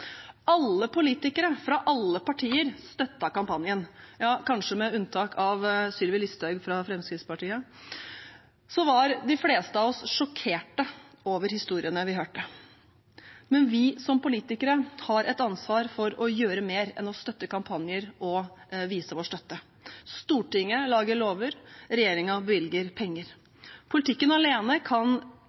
Alle politikere fra alle partier støttet kampanjen – kanskje med unntak av Sylvi Listhaug fra Fremskrittspartiet var de fleste av oss sjokkerte over historiene vi hørte. Men vi som politikere har et ansvar for å gjøre mer enn å støtte kampanjer og vise vår støtte. Stortinget lager lover, regjeringen bevilger penger. Politikken alene kan